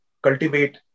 cultivate